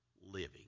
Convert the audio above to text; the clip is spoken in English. living